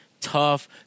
tough